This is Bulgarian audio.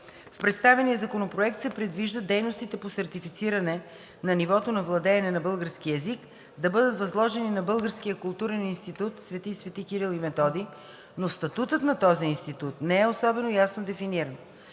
В представения законопроект се предвижда дейностите по сертифициране на нивото на владеене на българския език да бъдат възложени на Българския културен институт „Св. Св. Кирил и Методий“, но статутът на този институт не е особено ясно дефиниран.